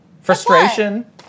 Frustration